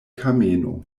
kameno